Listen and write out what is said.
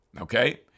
Okay